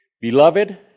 Beloved